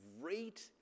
great